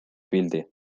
pildi